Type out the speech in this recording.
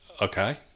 Okay